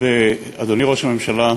אדוני ראש הממשלה,